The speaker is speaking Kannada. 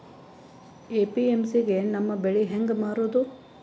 ಎ.ಪಿ.ಎಮ್.ಸಿ ಗೆ ನಮ್ಮ ಬೆಳಿ ಹೆಂಗ ಮಾರೊದ?